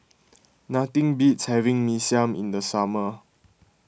nothing beats having Mee Siam in the summer